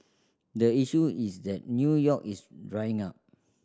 the issue is that New York is drying up